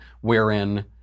wherein